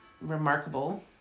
remarkable